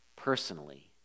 personally